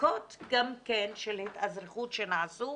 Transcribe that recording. בדיקות של התאזרחות שנעשו